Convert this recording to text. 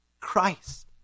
Christ